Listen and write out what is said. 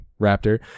Raptor